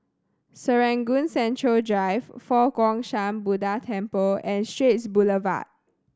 Serangoon Central Drive Fo Guang Shan Buddha Temple and Straits Boulevard